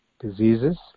diseases